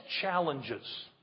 challenges